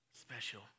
Special